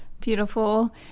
beautiful